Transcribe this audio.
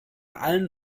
allen